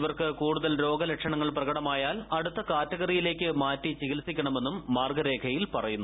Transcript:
ഇവർക്ക് കൂടുതൽ രോഗലക്ഷണങ്ങൾ പ്രകടമായാൽ അടുത്ത കാറ്റഗറിയിലേക്ക് മാറ്റി ചികിത്സിയ്ക്കണമെന്നും മാർഗ്ഗരേഖയിൽ പറയുന്നു